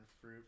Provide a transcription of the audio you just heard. Fruit